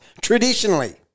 Traditionally